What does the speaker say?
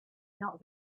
not